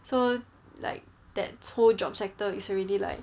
so like that whole job sector is already like